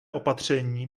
opatření